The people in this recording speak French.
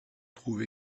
trouve